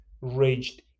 raged